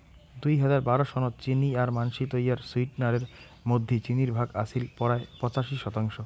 দুই হাজার বারো সনত চিনি আর মানষি তৈয়ার সুইটনারের মধ্যি চিনির ভাগ আছিল পরায় পঁচাশি শতাংশ